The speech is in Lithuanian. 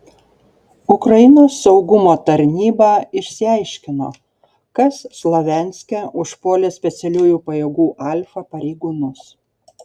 ukrainos saugumo tarnyba išsiaiškino kas slavianske užpuolė specialiųjų pajėgų alfa pareigūnus